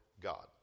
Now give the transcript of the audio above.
God